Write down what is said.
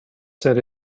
said